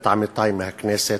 מהכנסת.